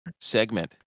segment